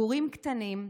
גורים קטנים,